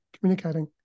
communicating